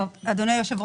אדוניו היושב,